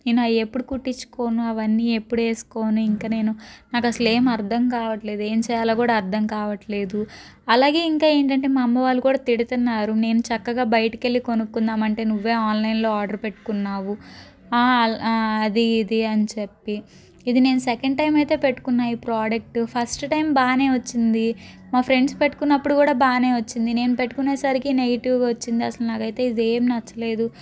నేను ఎప్పుడు కుట్టించుకొను అవన్నీ ఎప్పుడు వేసుకోను ఇంకా నేను నాకు అసలు ఏమీ అర్థం కావడం లేదు ఏం చేయాలో కూడా అర్థం కావడం లేదు అలాగే ఇంకా ఏంటంటే మా అమ్మ వాళ్ళు కూడా తిడుతున్నారు నేను చక్కగా బయటికి వెళ్ళి కొనుక్కుందాము అంటే నువ్వే ఆన్లైన్లో ఆర్డర్ పెట్టుకున్నావు అలా అది ఇది అని చెప్పి ఇది నేను సెకండ్ టైం అయితే పెట్టుకున్నాను ఈ ప్రోడక్ట్ ఫస్ట్ టైం బాగానే వచ్చింది మా ఫ్రెండ్స్ పెట్టుకున్నపుడు కూడా బాగానే వచ్చింది నేను పెట్టుకునేసరికి నెగెటివ్గా వచ్చింది అసలు నాకు అయితే ఇదేమి నచ్చలేదు